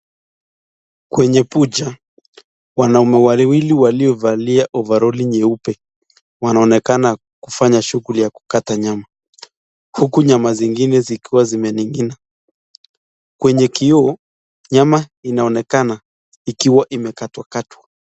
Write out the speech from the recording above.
Kwenye bucha, wanaume wawili waliovalia overall nyeupe wanaonekana kufanya shughuli ya kukata nyama huku nyama zingine zikiwa zimenning'ina. Kwenye kioo, nyama inaonekana ikiwa imekatwa katwa.